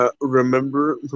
Remember